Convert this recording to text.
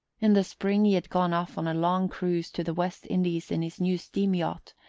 in the spring he had gone off on a long cruise to the west indies in his new steam-yacht,